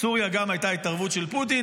בסוריה גם הייתה התערבות של פוטין,